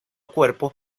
cuerpo